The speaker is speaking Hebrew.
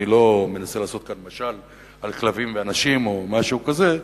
אני לא מנסה לעשות פה משל על כלבים ואנשים או משהו כזה.